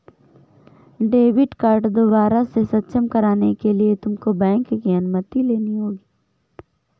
debit card दोबारा से सक्षम कराने के लिए तुमको बैंक की अनुमति लेनी होगी